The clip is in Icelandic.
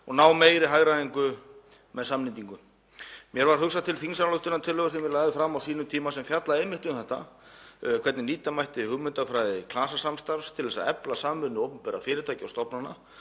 og ná meiri hagræðingu með samnýtingu. Mér varð hugsað til þingsályktunartillögu sem ég lagði fram á sínum tíma sem fjallaði einmitt um þetta, hvernig nýta mætti hugmyndafræði klasasamstarfs til að efla samvinnu opinberra fyrirtækja og stofnana